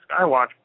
Skywatch